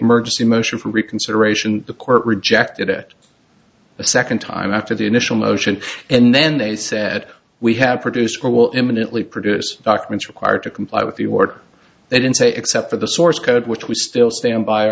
emergency motion for reconsideration the court rejected it a second time after the initial motion and then they said we have produced or will imminently produce documents required to comply with the order they didn't say except for the source code which we still stand by